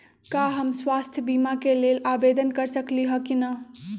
का हम स्वास्थ्य बीमा के लेल आवेदन कर सकली ह की न?